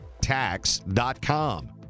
tax.com